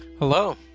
Hello